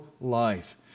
life